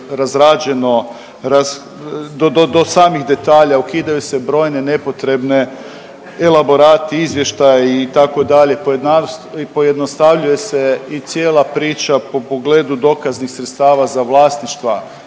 raz, do, do samih detalja. Ukidaju se brojne nepotrebne elaborati, izvještaji itd. i pojednostavljuje se i cijela priča po pogledu dokaznih sredstava za vlasništva